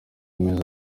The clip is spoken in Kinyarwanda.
amezi